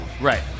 Right